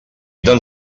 tan